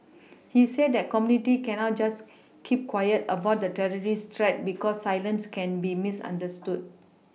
he said that the community cannot just keep quiet about the terrorist threat because silence can be misunderstood